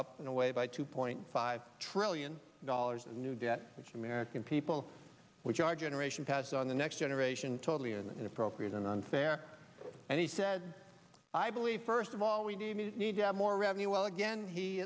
up and away by two point five trillion dollars in new debt which american people which our generation passed on the next generation totally inappropriate and unfair and he said i believe first of all we do need to have more revenue well again he